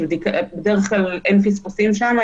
בדרך כלל אין פספוסים שם.